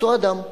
אותו אדם,